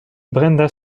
brenda